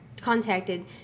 contacted